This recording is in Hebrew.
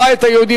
הבית היהודי,